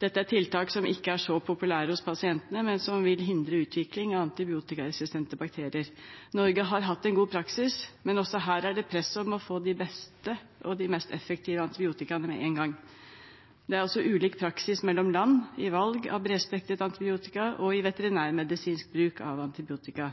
Dette er tiltak som ikke er så populære hos pasientene, men som vil hindre utvikling av antibiotikaresistente bakterier. Norge har hatt en god praksis, men også her er det press om å få de beste og de mest effektive antibiotikaene med en gang. Det er også ulik praksis mellom land i valg av bredsprektret antibiotika og i veterinærmedisinsk bruk av antibiotika.